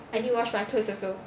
I need wash my clothes also